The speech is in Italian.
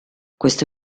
questo